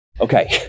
okay